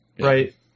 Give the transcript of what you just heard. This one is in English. right